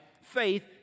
faith